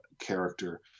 character